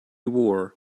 war